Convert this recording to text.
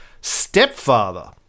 stepfather